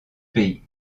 pays